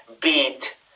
beat